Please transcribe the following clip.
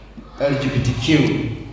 LGBTQ